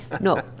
No